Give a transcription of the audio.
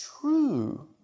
true